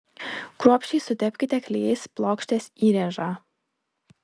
kruopščiai sutepkite klijais plokštės įrėžą